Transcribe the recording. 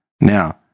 Now